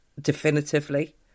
definitively